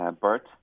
Bert